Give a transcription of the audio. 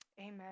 Amen